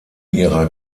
ihrer